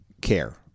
care